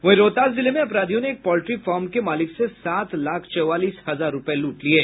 वहीं रोहतास जिले में अपराधियों ने एक पॉल्ट्री फार्म के मालिक से सात लाख चौवालीस हजार रूपये लूट लिये